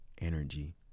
Energy